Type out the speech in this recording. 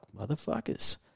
motherfuckers